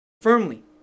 firmly